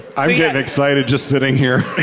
i'm getting excited just sitting here.